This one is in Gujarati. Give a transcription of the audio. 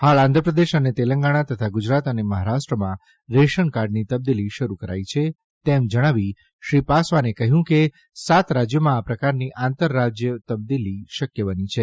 હાલ આંધ્રપ્રદેશ અને તેલંગણા તથા ગુજરાત અને મહારાષ્ટ્રમાં રેશનકાર્ડની તબલીદી શરૂ કરાઇ છે તેમ જણાવી શ્રી પાસવાને કહ્યું કે સાત રાજયોમાં આ પ્રકારની આંતરરાજય તબદીલી શક્ય બની છે